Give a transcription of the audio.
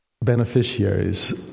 beneficiaries